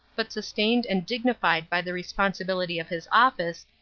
but sustained and dignified by the responsibility of his office,